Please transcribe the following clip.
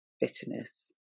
bitterness